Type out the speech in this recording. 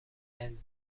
end